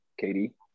Katie